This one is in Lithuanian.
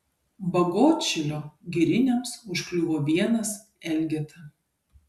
bagotšilio giriniams užkliuvo vienas elgeta